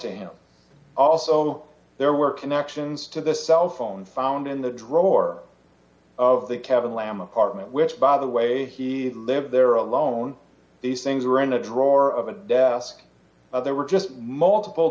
to him also there were connections to the cell phone found in the drawer of the cabin lamb apartment which by the way he lived there alone these things were in a drawer of a desk there were just multiple